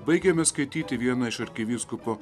baigėme skaityti vieną iš arkivyskupo